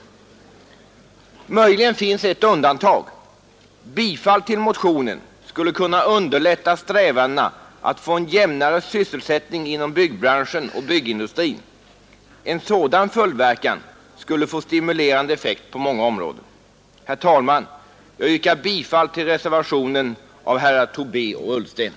185 Möjligen finns ett undantag. Bifall till motionen skulle kunna underlätta strävandena att få en jämnare sysselsättning inom byggbranschen och byggnadsindustrin. En sådan följdverkan skulle få stimulerande effekt på många områden. Herr talman! Jag yrkar bifall till reservationen av herrar Tobé och Ullsten.